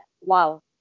wow